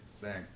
Thanks